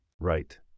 Right